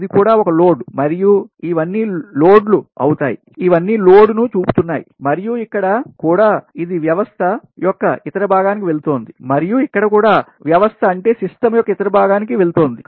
ఇది కూడా ఒక లోడ్ మరియు ఇవన్నీ లోడ్టు అవుతాయి ఇవన్నీ లోడ్ను చూపుతున్నాయి మరియు ఇక్కడ కూడా ఇది వ్యవస్థ సిస్టమ్ యొక్క ఇతర భాగానికి వెళుతుంది